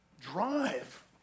drive